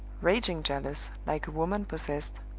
raging jealous, like a woman possessed,